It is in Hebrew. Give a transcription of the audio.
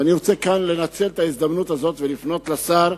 ואני רוצה לנצל את ההזדמנות הזאת ולפנות לשר,